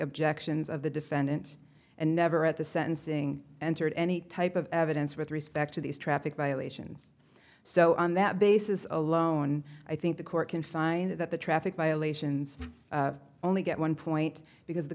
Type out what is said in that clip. objections of the defendant and never at the sentencing entered any type of evidence with respect to these traffic violations so on that basis alone i think the court can find that the traffic violations only get one point because the